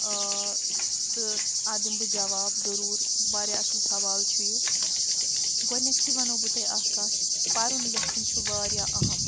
آ تہٕ اَتھ دِمہٕ بہٕ جواب ضٔروٗر واریاہ اَصٕل سوال چھُ یہِ گۄڈٕنٮ۪تھٕے وَنو بہٕ تۄہہِ اَکھ کَتھ پَرُن لیکھُن چھُ واریاہ اَہم